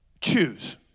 choose